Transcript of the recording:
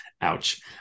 Ouch